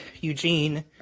Eugene